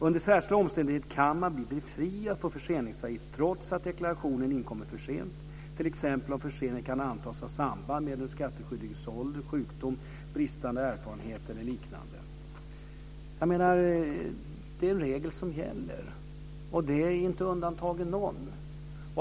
Under särskilda omständigheter kan man bli befriad från förseningsavgift trots att deklarationen inkommer för sent, t.ex. om förseningen kan antas ha samband med den skattskyldiges ålder, sjukdom, bristande erfarenhet eller liknande. Det är en regel som gäller, och ingen är undantagen.